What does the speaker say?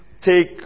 take